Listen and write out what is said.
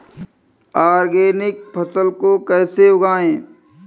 Organic फसल को कैसे उगाएँ?